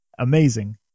amazing